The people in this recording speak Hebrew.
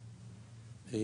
עובדים,